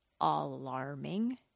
alarming